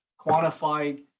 quantified